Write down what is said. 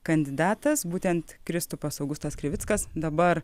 kandidatas būtent kristupas augustas krivickas dabar